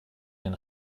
den